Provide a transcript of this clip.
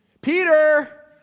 Peter